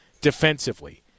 defensively